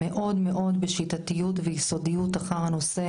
מאוד מאוד בשיטתיות ויסודיות אחר הנושא